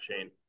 chain